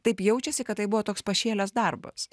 taip jaučiasi kad tai buvo toks pašėlęs darbas